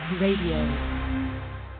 Radio